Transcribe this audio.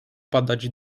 padać